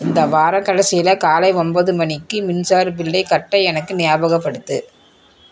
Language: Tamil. இந்த வாரக் கடைசியில் காலை ஒம்போது மணிக்கு மின்சார பில்லை கட்ட எனக்கு ஞாபகப்படுத்து